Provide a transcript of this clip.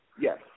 Yes